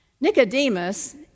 Nicodemus